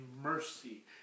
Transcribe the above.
mercy